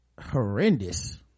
horrendous